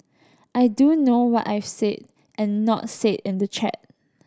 I do know what I've said and not said in the chat